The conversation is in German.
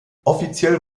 offiziell